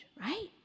right